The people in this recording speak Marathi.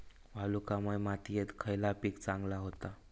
वालुकामय मातयेत खयला पीक चांगला होता?